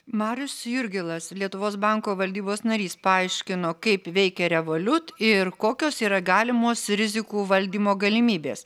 marius jurgilas lietuvos banko valdybos narys paaiškino kaip veikia revoliut ir kokios yra galimos rizikų valdymo galimybės